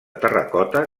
terracota